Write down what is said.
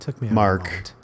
mark